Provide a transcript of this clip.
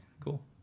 cool